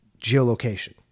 geolocation